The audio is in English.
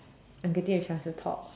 I'm getting a chance to talk